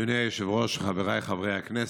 אדוני היושב-ראש, חבריי חברי הכנסת,